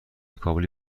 کابلی